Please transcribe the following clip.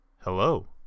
Hello